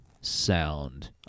sound